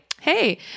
Hey